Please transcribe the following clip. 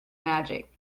magic